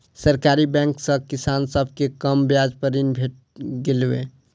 सरकारी बैंक सॅ किसान सभ के कम ब्याज पर ऋण भेट गेलै